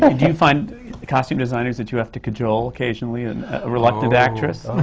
do you find costume designers that you have to cajole occasionally and a reluctant actress?